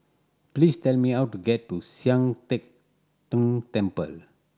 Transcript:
please tell me how to get to Sian Teck Tng Temple